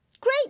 Great